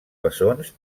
bessons